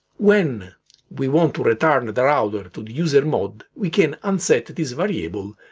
when we want to return the router to user mode we can unset this variable,